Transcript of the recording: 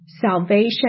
salvation